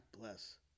bless